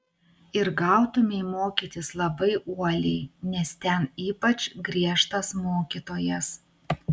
ir gautumei mokytis labai uoliai nes ten ypač griežtas mokytojas